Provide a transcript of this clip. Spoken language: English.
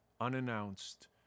unannounced